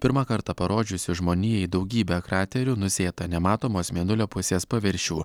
pirmą kartą parodžiusių žmonijai daugybe kraterių nusėtą nematomos mėnulio pusės paviršių